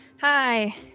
Hi